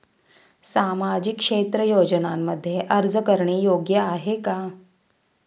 सामाजिक क्षेत्र योजनांमध्ये अर्ज करणे योग्य आहे का?